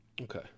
Okay